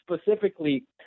specifically